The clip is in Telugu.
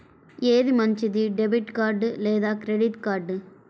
ఏది మంచిది, డెబిట్ కార్డ్ లేదా క్రెడిట్ కార్డ్?